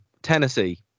Tennessee